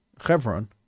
Hebron